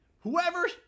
Whoever